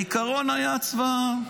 העיקרון היה צבא העם,